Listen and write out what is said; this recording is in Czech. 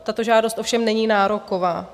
Tato žádost ovšem není nároková.